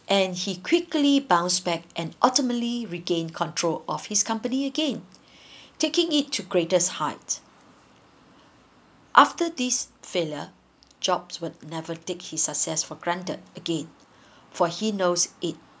and he quickly bounced back and ultimately regained control of his company again taking it to greatest height after this failure jobs would never take his success for granted again for he knows it